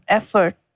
effort